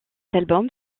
album